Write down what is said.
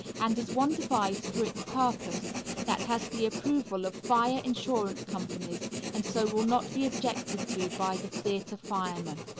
and is one device for its purpose that has the approval of fire insurance companies and so will not be objected to by the theatre fireman.